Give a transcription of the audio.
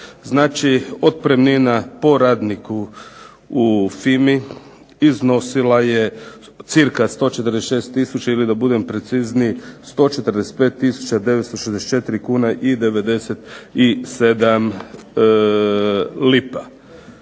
Znači otpremnina po radniku u FINA-i iznosila je cca 146 tisuća ili da budem precizniji 145 tisuća 964 kune i 97 lipa.